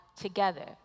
together